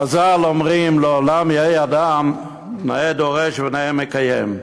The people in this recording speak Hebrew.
חז"ל אומרים: "לעולם יהא אדם נאה דורש ונאה מקיים".